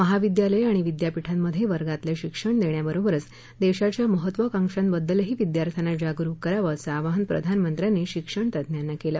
महाविद्यालयं आणि विद्यापीठांमध्ये वर्गातलं शिक्षण देण्याबरोबरच देशाच्या महत्त्वाकांकांबद्दलही विद्यार्थ्यांना जागरुक करावं असं आवाहन प्रधानमंत्र्यांनी शिक्षणतज्ञांना केलं